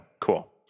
cool